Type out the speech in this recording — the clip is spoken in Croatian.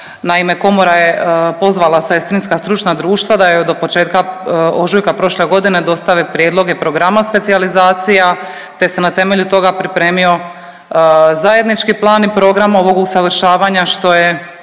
Naime, komora je pozvala sestrinska stručna društva da joj do početka ožujka prošle godine dostave prijedloge programa specijalizacija te se na temelju toga pripremio zajednički plan i program ovog usavršavanja što je